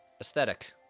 aesthetic